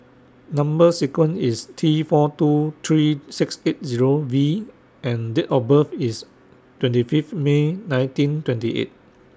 Number sequence IS T four seven two three six eight Zero V and Date of birth IS twenty Fifth May nineteen twenty eight